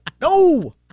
No